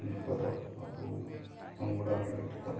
ᱱᱚᱝᱠᱟ ᱫᱚ ᱟᱵᱚ ᱵᱟᱝ ᱜᱚᱲᱟ ᱦᱤᱞᱳᱜ ᱫᱚ